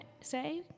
say